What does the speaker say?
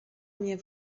mnie